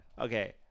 Okay